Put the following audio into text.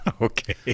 okay